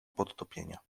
podtopienia